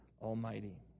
Almighty